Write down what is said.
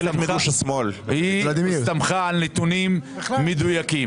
היא הסתמכה על נתונים מדויקים,